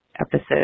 episode